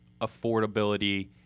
affordability